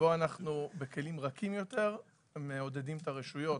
שבו אנו בכלים רכים יותר מעודדים את הרשויות,